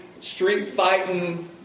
street-fighting